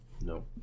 No